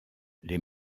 les